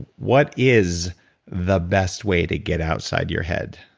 what is the best way to get outside your head?